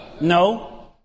No